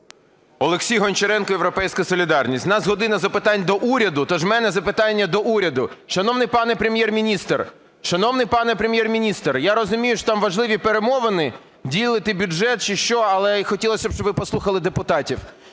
Олексій Гончаренко, "Європейська солідарність". В нас "година запитань до Уряду", тож в мене запитання до уряду. Шановний пане Прем'єр-міністр! Шановний пане Прем'єр-міністр, я розумію, що там важливі перемовини, ділите бюджет чи що, але хотілося б, щоб ви послухали депутатів.